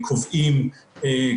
הם מקבלים טיפולים רפואיים באיו"ש,